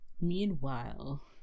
meanwhile